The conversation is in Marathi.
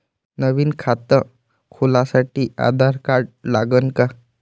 नवीन खात खोलासाठी आधार कार्ड लागन का?